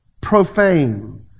profane